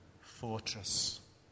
fortress